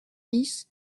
dix